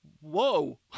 whoa